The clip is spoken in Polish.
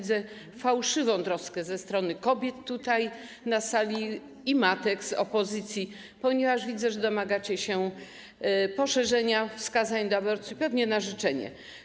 Dostrzegam fałszywą troskę ze strony kobiet tutaj, na sali, i matek z opozycji, ponieważ widzę, że domagacie się poszerzenia wskazań do aborcji pewnie na życzenie.